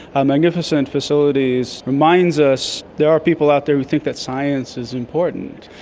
ah magnificent facilities reminds us there are people out there who think that science is important.